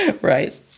Right